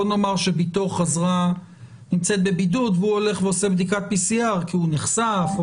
בוא נאמר שבתו בבידוד והוא הולך ועושה בדיקת PCR כי הוא נחשף.